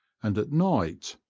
and at night,